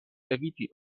eviti